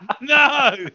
No